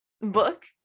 book